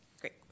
Great